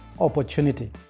opportunity